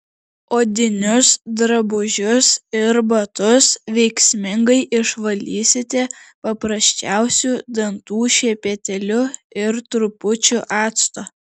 odinius drabužius ir batus veiksmingai išvalysite paprasčiausiu dantų šepetėliu ir trupučiu acto